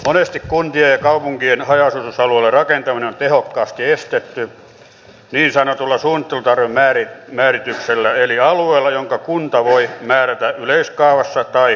monesti kuntien ja kaupunkien haja asutusalueille rakentaminen on tehokkaasti estetty niin sanotulla suunnittelutarpeen määrityksellä alueella jonka kunta voi määrätä yleiskaavassa tai rakennusjärjestyksessä